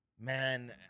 Man